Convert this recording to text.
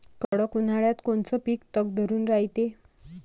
कडक उन्हाळ्यात कोनचं पिकं तग धरून रायते?